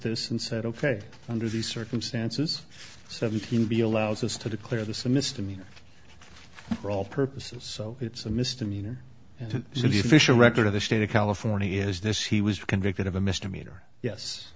this and said ok under these circumstances seventeen b allows us to declare this a misdemeanor for all purposes so it's a misdemeanor and so the official record of the state of california is this he was convicted of a misdemeanor yes